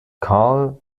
karl